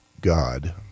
God